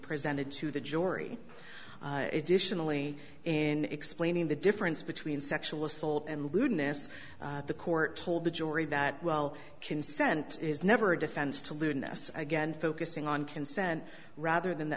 presented to the jury additionally in explaining the difference between sexual assault and lewdness the court told the jury that well consent is never a defense to lewdness again focusing on consent rather than the